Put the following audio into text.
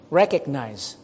recognize